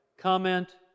Comment